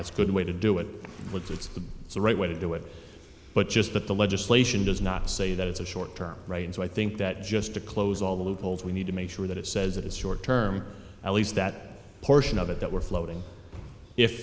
that's a good way to do it which it's the right way to do it but just but the legislation does not say that it's a short term right and so i think that just to close all the loopholes we need to make sure that it says that it's short term at least that portion of it that we're floating if